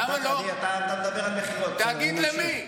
תגיד למי.